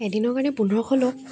এদিনৰ কাৰণে পোন্ধৰশ লওক